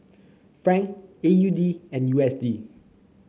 franc A U D and U S D